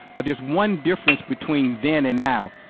but there's one difference between then and now,